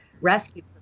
rescue